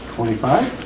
Twenty-five